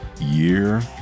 year